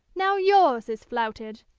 now yours is flouted.